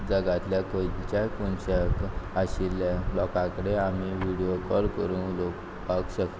जगांतल्या खंयच्याय कोनशाक आशिल्ल्या लोकां कडेन आमी विडियो कॉल करून उलोपाक शकता